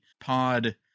pod